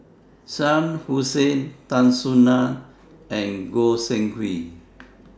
Shah Hussain Tan Soo NAN and Goi Seng Hui